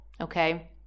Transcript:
Okay